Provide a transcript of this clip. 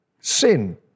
Sin